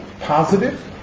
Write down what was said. positive